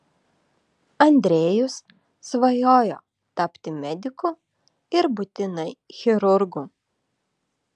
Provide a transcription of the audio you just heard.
andrejus svajojo tapti mediku ir būtinai chirurgu